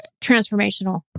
transformational